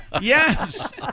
yes